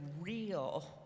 real